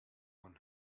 one